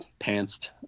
pantsed